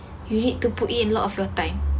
you need to put in a lot of your time